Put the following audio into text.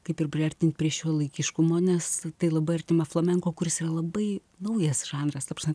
kaip ir priartint prie šiuolaikiškumo nes tai labai artima flamenko kuris yra labai naujas žanras ta prasme